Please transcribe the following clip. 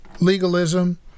legalism